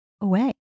away